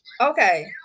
Okay